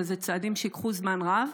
אבל אלה צעדים שייקחו זמן רב,